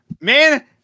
Man